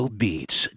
beats